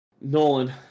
Nolan